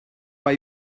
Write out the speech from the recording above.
why